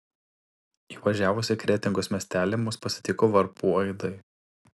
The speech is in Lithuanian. įvažiavus į kretingos miestelį mus pasitiko varpų aidai